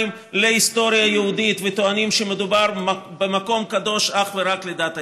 להיסטוריה היהודית וטוענים שמדובר במקום קדוש אך ורק לדת האסלאם.